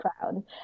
proud